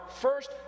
first